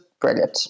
brilliant